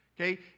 okay